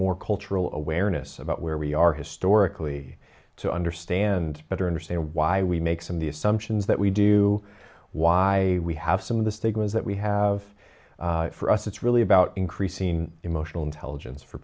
more cultural awareness about where we are historically to understand better understand why we make some of the assumptions that we do why we have some of the stigmas that we have for us it's really about increasing emotional intelligence for